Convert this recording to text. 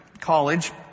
college